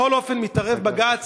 בכל זאת מתערב בג"ץ,